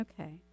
okay